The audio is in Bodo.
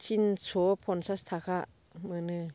तिनस' पन्सास थाखा मोनो